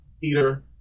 Peter